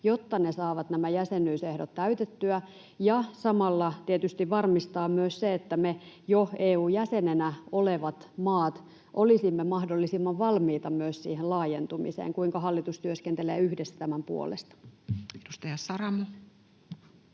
jotta ne saavat nämä jäsenyysehdot täytettyä, ja samalla tietysti varmistaa myös, että me jo EU-jäsenenä olevat maat olisimme mahdollisimman valmiita myös siihen laajentumiseen? Kuinka hallitus työskentelee yhdessä tämän puolesta? [Speech 243] Speaker: